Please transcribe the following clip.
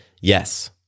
Yes